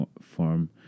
form